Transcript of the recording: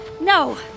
No